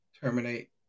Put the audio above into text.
terminate